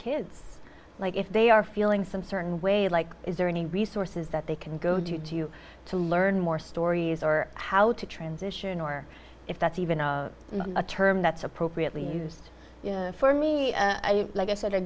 kids like if they are feeling some certain way like is there any resources that they can go do you to learn more stories or how to transition or if that's even a term that's appropriately used for me like i said i